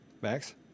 Max